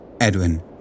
Edwin